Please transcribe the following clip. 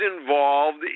involved